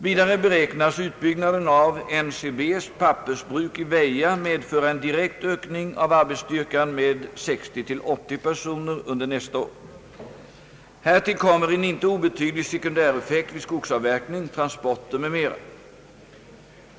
Vidare beräknas utbyggnaden av NCB:s pappersbruk i Väja medföra en direkt ökning av arbetsstyrkan med 60—980 personer under nästa år. Härtill kommer en inte obetydlig sekundäreffekt vid skogsavverkning, transporter m.m.